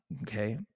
okay